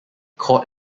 caught